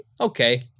okay